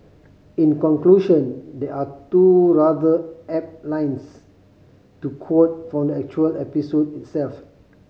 in conclusion there are two rather apt lines to quote from the actual episode itself